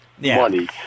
money